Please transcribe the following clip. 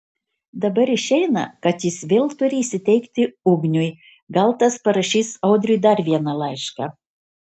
dabar išeina kad jis vėl turi įsiteikti ugniui gal tas parašys audriui dar vieną laišką